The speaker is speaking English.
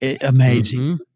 Amazing